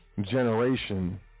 generation